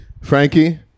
Frankie